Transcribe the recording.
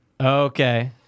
Okay